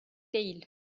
değil